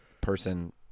person